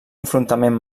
enfrontament